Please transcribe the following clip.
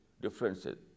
differences